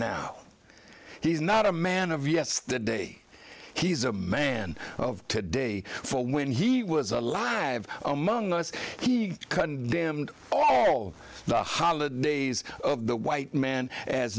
now he's not a man of yes the day he's a man of today for when he was alive among us he condemned all the holidays of the white man as